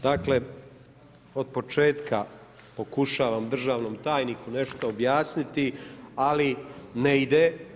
Dakle od početka pokušavam državnom tajniku nešto objasniti, ali ne ide.